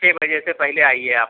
چھ بجے سے پہلے آئیے آپ